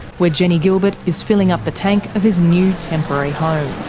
where jennie gilbert is filling up the tank of his new temporary home.